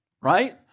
right